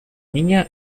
niña